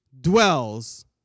dwells